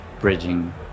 bridging